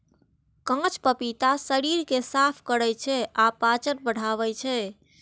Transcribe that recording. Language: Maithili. कांच पपीता शरीर कें साफ करै छै आ पाचन बढ़ाबै छै